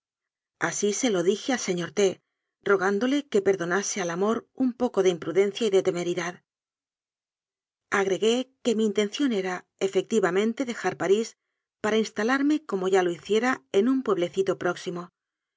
así se lo dije al señor t rogándole que perdonase al amor un poco de imprudencia y de temeridad agregué que mi intención era efectivamente de jar parís para instalarme como ya lo hiciera en un pueblecito próximo